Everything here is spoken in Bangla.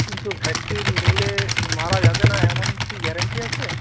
কিন্তু ভ্যাকসিন নিলে মারা যাবে না এমনকি গ্যারান্টি আছে